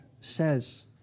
says